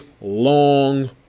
long